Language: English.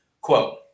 Quote